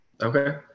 Okay